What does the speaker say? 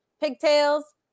pigtails